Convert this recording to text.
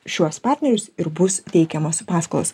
šiuos partnerius ir bus teikiamos paskolos